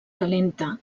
calenta